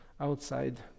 outside